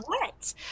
wet